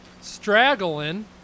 straggling